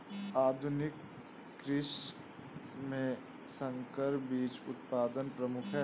आधुनिक कृषि में संकर बीज उत्पादन प्रमुख है